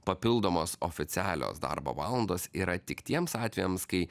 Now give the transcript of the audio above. papildomos oficialios darbo valandos yra tik tiems atvejams kai